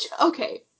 Okay